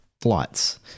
flights